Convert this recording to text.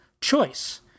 choice